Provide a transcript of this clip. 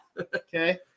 Okay